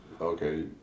Okay